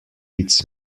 its